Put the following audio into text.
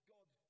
God